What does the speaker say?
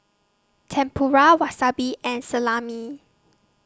Tempura Wasabi and Salami